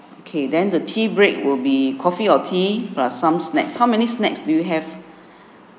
okay then the tea break will be coffee or tea plus some snacks how many snacks do you have